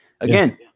again